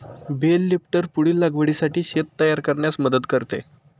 bell lifter पुढील लागवडीसाठी शेत तयार करण्यास मदत करते